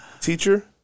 teacher